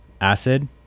acid